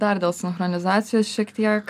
dar dėl sinchronizacijos šiek tiek